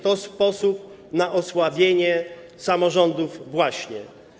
To sposób na osłabienie samorządów właśnie.